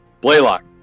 Blaylock